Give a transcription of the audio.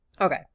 Okay